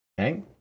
Okay